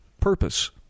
purpose